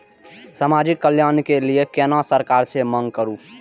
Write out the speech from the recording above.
समाजिक कल्याण के लीऐ केना सरकार से मांग करु?